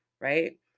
right